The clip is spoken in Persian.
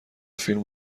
فیلم